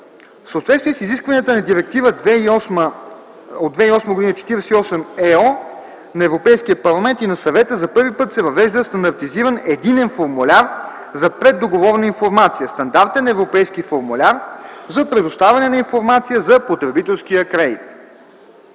съответствие с изискванията на Директива 2008/48/ЕО на Европейския парламент и на Съвета, за първи път се въвежда стандартизиран единен формуляр за предоговорна информация, стандартен европейски формуляр за предоставяне на информация за потребителския кредит.